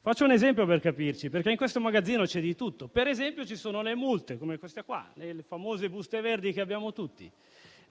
Faccio un esempio per capirci, perché in questo magazzino c'è di tutto: ci sono le multe, come le famose buste verdi che abbiamo tutti;